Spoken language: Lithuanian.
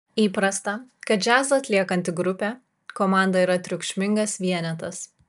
įprasta kad džiazą atliekanti grupė komanda yra triukšmingas vienetas